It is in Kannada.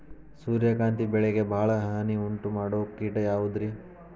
ಸೂರ್ಯಕಾಂತಿ ಬೆಳೆಗೆ ಭಾಳ ಹಾನಿ ಉಂಟು ಮಾಡೋ ಕೇಟ ಯಾವುದ್ರೇ?